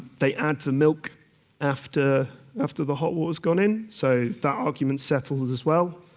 they add the milk after after the hot water's gone in, so that argument's settled as as well.